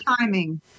timing